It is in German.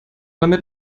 damit